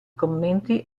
commenti